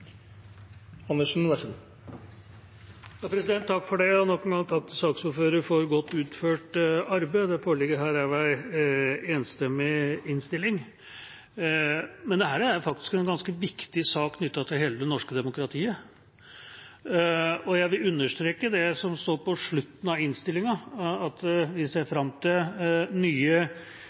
Takk til saksordføreren for godt utført arbeid. Det foreligger her en enstemmig innstilling. Dette er faktisk en ganske viktig sak knyttet til hele det norske demokratiet. Jeg vil understreke det som står på slutten av innstillinga, at vi ser fram til nye